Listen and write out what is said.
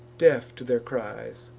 deaf to their cries,